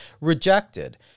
rejected